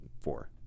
four